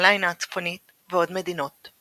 קרוליינה הצפונית ועוד מדינות.